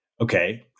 okay